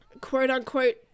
quote-unquote